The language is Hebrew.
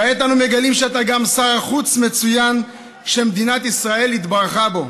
כעת אנו מגלים שאתה גם שר חוץ מצוין שמדינת ישראל התברכה בו.